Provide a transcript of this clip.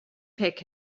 pick